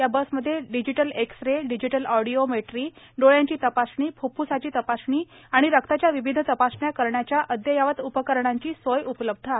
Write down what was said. या बसमध्ये digital X ray digital audiometry डोळ्यांची तपासणी फ्फ्फ्साची तपासणी आणि रक्ताच्या विविध तपासण्या करणाच्या अदययावत उपकरणांची सोय उपलब्ध आहे